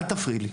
אל תפריעי לי.